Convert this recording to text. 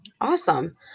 awesome